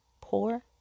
poor